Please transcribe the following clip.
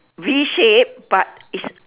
V shape but is